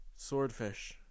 Swordfish